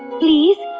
please